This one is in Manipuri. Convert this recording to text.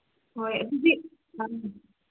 ꯍꯣꯏ ꯑꯗꯨꯗꯤ ꯑꯥ